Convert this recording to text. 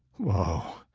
woe,